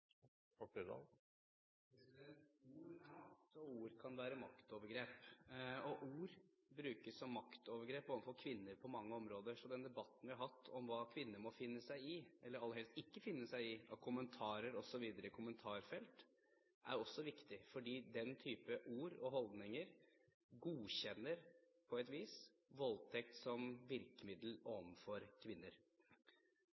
makt, og ord kan være maktovergrep. Ord brukes som maktovergrep overfor kvinner på mange områder, så den debatten vi har hatt om hva kvinner må finne seg i, eller aller helst ikke finne seg i, av kommentarer osv. i kommentarfelt, er også viktig, fordi den type ord og holdninger godkjenner på et vis voldtekt som virkemiddel